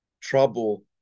trouble